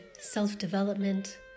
self-development